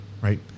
right